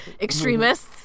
extremists